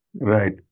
Right